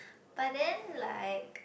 but then like